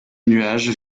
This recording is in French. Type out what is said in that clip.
nuages